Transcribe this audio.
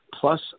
plus